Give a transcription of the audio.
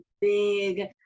big